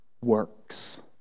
works